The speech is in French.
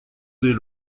des